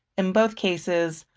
in both cases,